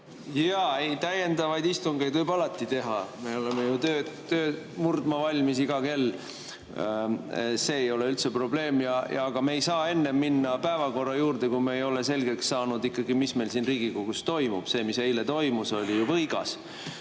Jaa, täiendavaid istungeid võib alati teha, me oleme ju tööd murdma valmis iga kell. See ei ole üldse probleem. Aga me ei saa enne minna päevakorra juurde, kui me ei ole selgeks saanud, mis meil siin Riigikogus ikkagi toimub. See, mis eile toimus, oli ju võigas.